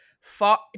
far